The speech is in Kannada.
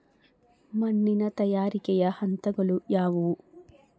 ಮಣ್ಣಿನ ತಯಾರಿಕೆಯ ಹಂತಗಳು ಯಾವುವು?